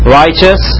righteous